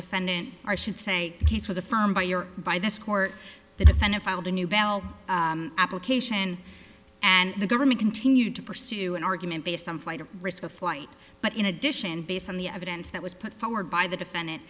defendant are should say the case was affirmed by your by this court the defendant filed a new bell application and the government continued to pursue an argument based on flight risk of flight but in addition based on the evidence that was put forward by the defendant